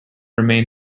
remain